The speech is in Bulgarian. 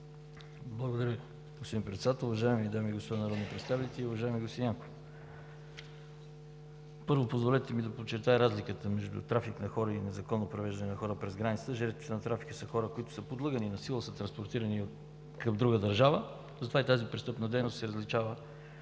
Благодаря Ви, господин Председател! Уважаеми дами и господа народни представители! Уважаеми господин Янков, първо, позволете ми да почертая разликата между трафик на хора и незаконно превеждане на хора през границата. Жертвите на трафика са хора, които са подлъгани и насила транспортирани към друга държава, и затова тази престъпна дейност се различава